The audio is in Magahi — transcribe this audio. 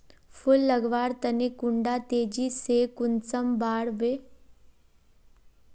फुल लगवार तने कुंडा तेजी से कुंसम बार वे?